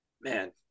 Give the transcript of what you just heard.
man